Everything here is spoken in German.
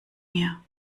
mir